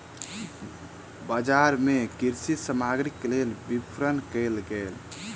बजार मे कृषि सामग्रीक लेल विपरण कयल गेल